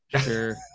Sure